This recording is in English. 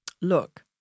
look